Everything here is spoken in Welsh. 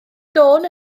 dôn